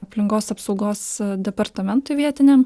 aplinkos apsaugos departamentui vietiniam